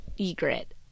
Egret